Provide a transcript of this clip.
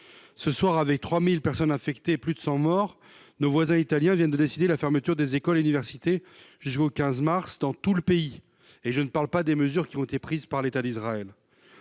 Ce soir, avec 3 000 personnes infectées et plus de 100 morts, nos voisins italiens viennent de décider la fermeture des écoles et des universités jusqu'au 15 mars dans tout le pays. Sans parler des mesures prises par Israël.